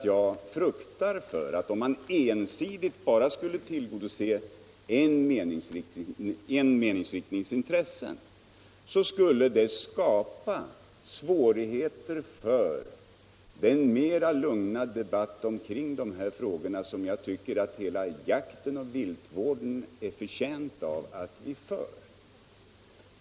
Jag fruktar för att om man ensidigt skulle tillgodose bara en meningsriktnings intresse, skulle man skapa svårigheter för den mera lugna debatt omkring dessa frågor som jag tycker att hela jakten och viltvården är förtjänta av att vi för.